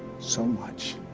so much.